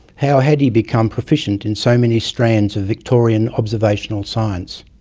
how had he become proficient in so many strands of victorian observational science?